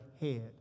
head